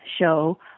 Show